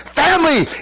family